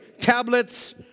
tablets